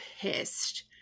pissed